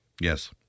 Yes